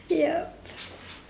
yup